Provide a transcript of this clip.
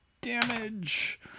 damage